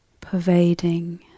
pervading